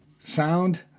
sound